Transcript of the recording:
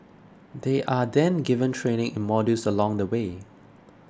they are then given training in modules along the way